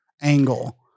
angle